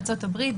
ארצות-הברית,